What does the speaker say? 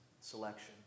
selection